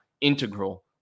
integral